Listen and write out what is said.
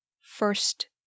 first